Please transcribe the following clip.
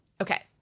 Okay